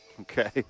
Okay